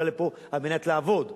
בא לפה כדי לעבוד,